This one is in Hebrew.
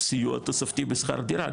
סיוע תוספתי בשכר דירה,